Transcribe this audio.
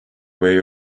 way